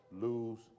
lose